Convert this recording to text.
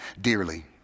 dearly